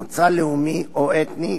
מוצא לאומי או אתני,